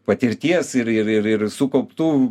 patirties ir ir ir ir sukauptų